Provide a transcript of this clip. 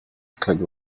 declared